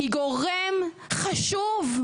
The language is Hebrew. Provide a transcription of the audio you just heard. היא גורם חשוב,